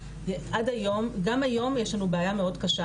גם היום יש לנו בעיה מאוד קשה.